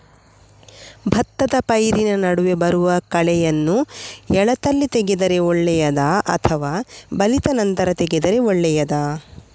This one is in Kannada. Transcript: ಭತ್ತದ ಪೈರಿನ ನಡುವೆ ಬರುವ ಕಳೆಯನ್ನು ಎಳತ್ತಲ್ಲಿ ತೆಗೆದರೆ ಒಳ್ಳೆಯದಾ ಅಥವಾ ಬಲಿತ ನಂತರ ತೆಗೆದರೆ ಒಳ್ಳೆಯದಾ?